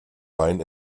wein